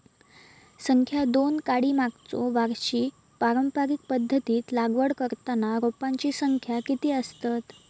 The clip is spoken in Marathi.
संख्या दोन काडी मागचो वर्षी पारंपरिक पध्दतीत लागवड करताना रोपांची संख्या किती आसतत?